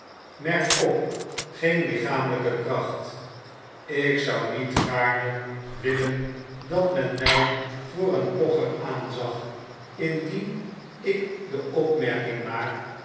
merk op green lichamelyke kracht ik zou niet gaarne willen dat men my voor een pocher aanzag indien ik de opmerking maak